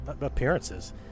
appearances